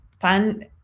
fun